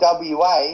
WA